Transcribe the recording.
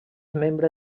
membre